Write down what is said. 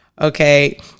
Okay